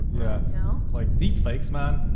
yeah you know like deep fakes man.